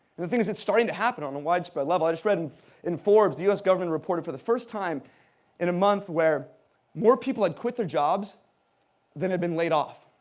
the thing is, it's starting to happen on a widespread level. i just read and in forbes, the us government reported for the first time in a month where more people had quit their jobs than had been laid off.